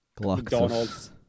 McDonald's